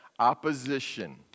opposition